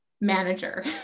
manager